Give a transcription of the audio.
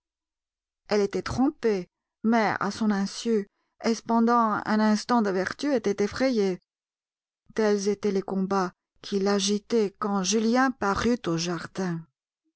elle était trompée mais à son insu et cependant un instinct de vertu était effrayé tels étaient les combats qui l'agitaient quand julien parut au jardin